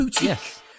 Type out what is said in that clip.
Yes